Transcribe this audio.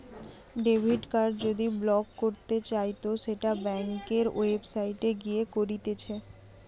debit card যদি block করতে চাইতো সেটো ব্যাংকের ওয়েবসাইটে গিয়ে করতিছে